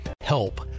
Help